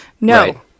No